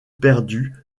perdue